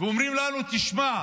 ואומרים לנו: תשמע,